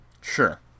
sure